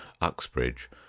uxbridge